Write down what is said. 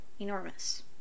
enormous